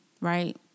right